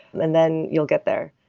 and then you'll get there.